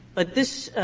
but this